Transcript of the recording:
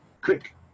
click